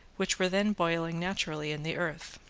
which were then boiling naturally in the earth.